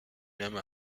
même